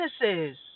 businesses